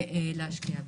להשקיע בזה.